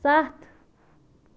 ستھ